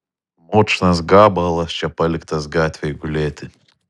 močnas gabalas čia paliktas gatvėj gulėti